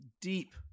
deep